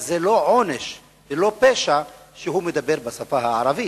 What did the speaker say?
אז זה לא עונש ולא פשע שהוא מדבר בשפה הערבית.